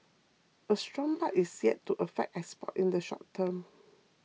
a strong baht is yet to affect exports in the short term